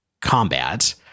combat